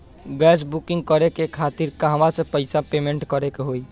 Gas booking करे के खातिर कहवा से पैसा पेमेंट करे के होई?